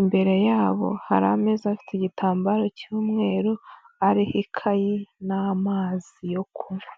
imbere yabo hari ameza afite igitambaro cy'umweru, ariho ikayi n'amazi yo kunywa.